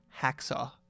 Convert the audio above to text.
hacksaw